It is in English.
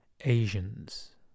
Asians